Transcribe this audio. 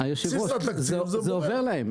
הייעודי, בבסיס התקציב זה בורח.